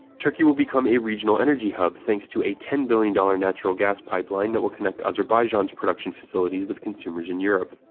turkey will become a regional energy hub thanks to a ten billion dollars natural gas pipeline that will connect azerbaijan's production facilities with consumers in europe.